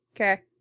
Okay